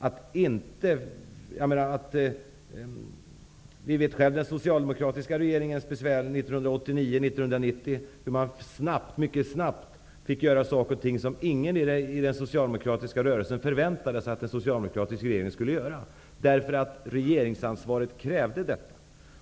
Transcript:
Vi vet själva vilka besvär den socialdemokratiska regeringen hade 1989 och 1990, då man mycket snabbt fick göra saker som ingen i den socialdemokratiska rörelsen förväntade sig att en socialdemokratisk regering skulle göra, därför att regeringsansvaret krävde detta.